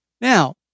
Now